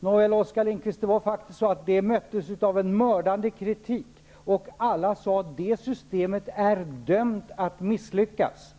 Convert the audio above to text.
Men det är ju faktiskt så, Oskar Lindkvist, att det förslaget möttes av en mördande kritik. Alla sade att det systemet är dömt att misslyckas.